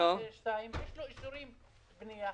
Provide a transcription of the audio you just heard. ויש לו אישורי בנייה,